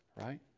right